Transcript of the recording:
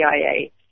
CIA